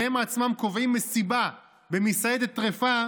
והם עצמם קובעים מסיבה במסעדת טרפה,